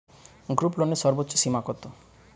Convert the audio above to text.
গ্রুপলোনের সর্বোচ্চ সীমা কত?